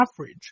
average